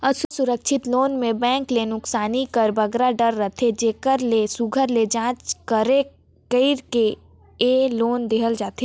असुरक्छित लोन में बेंक ल नोसकानी कर बगरा डर रहथे जेकर ले सुग्घर ले जाँच परेख कइर के ए लोन देहल जाथे